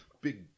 big